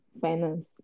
finance